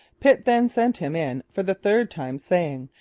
pitt then sent him in for the third time, saying,